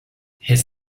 his